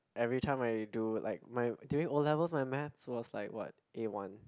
everytime I do like my during O-levels my math was like what A-one